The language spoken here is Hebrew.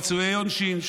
פיצויי עונשין,